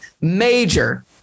Major